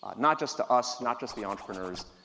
not just to us, not just the entrepreneurs,